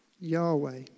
Yahweh